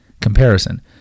comparison